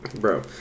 Bro